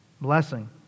blessing